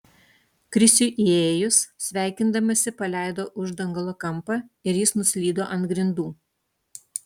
krisiui įėjus sveikindamasi paleido uždangalo kampą ir jis nuslydo ant grindų